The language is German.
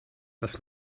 das